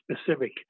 specific